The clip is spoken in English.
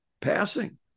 passing